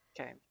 Okay